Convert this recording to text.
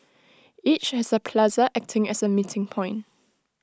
each has A plaza acting as A meeting point